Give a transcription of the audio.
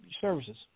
services